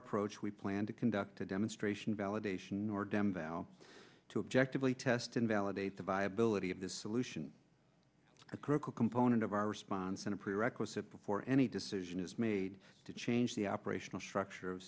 approach we plan to conduct a demonstration validation or dembo to objectively test and validate the viability of this solution a critical component of our response and a prerequisite before any decision is made to change the operational structure of